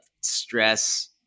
stress